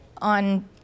on